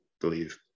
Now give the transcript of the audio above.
believe